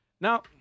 Now